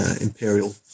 imperial